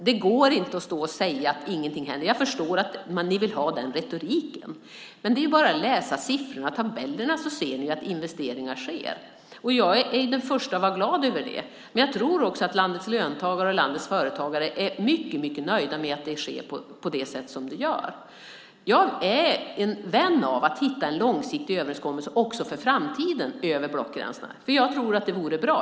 Det går inte att stå och säga att ingenting händer. Jag förstår att ni vill ha den retoriken, men det är ju bara att läsa siffrorna och tabellerna. Då ser man ju att investeringar sker. Jag är den första att vara glad över det, men jag tror också att landets löntagare och företagare är mycket nöjda med att det sker på det sätt som sker. Jag är en vän av att hitta en långsiktig överenskommelse också för framtiden över blockgränsen, för jag tror att det vore bra.